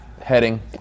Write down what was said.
heading